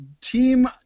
Team